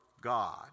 God